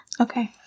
Okay